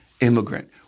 immigrant